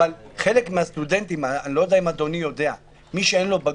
אבל חלק מהסטודנטים אני לא יודע אם אדוני יודע מי שאין לו בגרות,